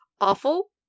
awful